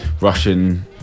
russian